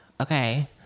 Okay